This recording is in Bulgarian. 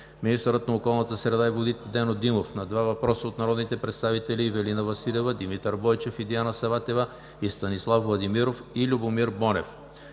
министърът на околната среда и водите Нено Димов – на два въпроса от народните представители Ивелина Василева, Димитър Бойчев и Диана Саватева; и Станислав Владимиров и Любомир Бонев;